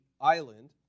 island